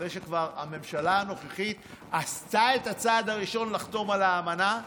אחרי שהממשלה הנוכחית כבר עשתה את הצעד הראשון לחתום על האמנה,